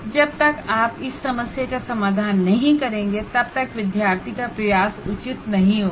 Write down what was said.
जब तक आप इस समस्या का समाधान नहीं करेंगे तब तक विद्यार्थी का प्रयास उचित नहीं होगा